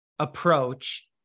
approach